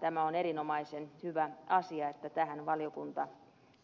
tämä on erinomaisen hyvä asia että tähän valiokunta